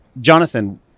Jonathan